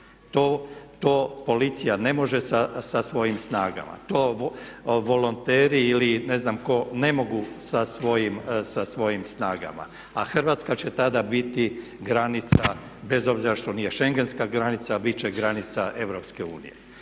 To policija ne može sa svojim snagama, to volonteri ili ne znam tko ne mogu sa svojim snagama. A Hrvatska će tada biti granica bez obzira što nije schengenska granica bit će granica EU. A s druge